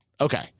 Okay